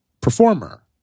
performer